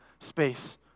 space